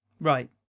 Right